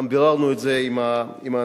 וגם ביררנו את זה עם האנשים.